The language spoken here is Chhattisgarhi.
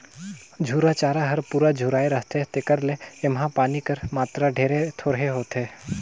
झूरा चारा हर पूरा झुराए रहथे तेकर ले एम्हां पानी कर मातरा ढेरे थोरहें होथे